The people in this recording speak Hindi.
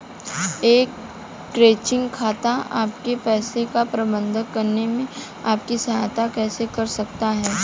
एक चेकिंग खाता आपके पैसे का प्रबंधन करने में आपकी सहायता कैसे कर सकता है?